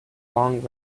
long